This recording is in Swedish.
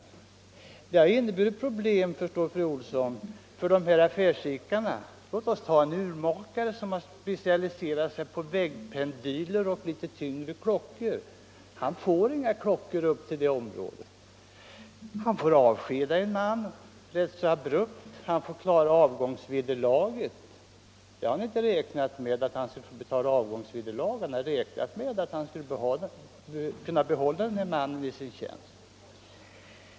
Trafikomläggningen har inneburit problem, fru Olsson, för affärsidkarna. Låt oss t.ex. ta en urmakare som specialiserat sig på pendyler och tyngre klockor. Han får inga kunder till det område där hans affär ligger. Han får avskeda en man rätt abrupt. Han får klara avgångsvederlag. Det hade han inte räknat med. Han hade i stället räknat med att kunna behålla den här mannen i sin tjänst.